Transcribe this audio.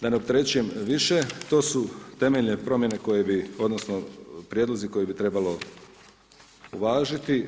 Da ne opterećujem više, to su temeljne promjene koje bi, odnosno prijedlozi koje bi trebalo uvažiti.